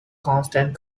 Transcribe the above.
constant